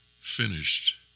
finished